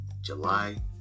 July